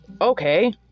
okay